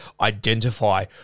identify